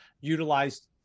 utilized